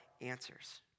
answers